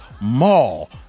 mall